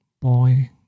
boy